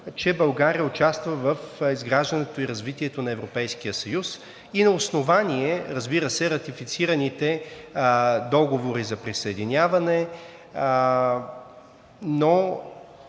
че България участва в изграждането и развитието на Европейския съюз и на основание, разбира се, ратифицираните договори за присъединяване, но